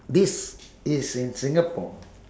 this is in singapore